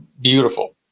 beautiful